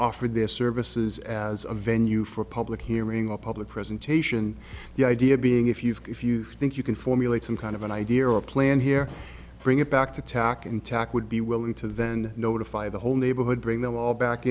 offered their services as a venue for a public hearing on public presentation the idea be if you if you think you can formulate some kind of an idea or a plan here bring it back to tack intact would be willing to then notify the whole neighborhood bring them all back